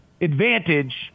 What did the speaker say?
advantage